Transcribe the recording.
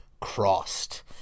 crossed